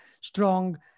strong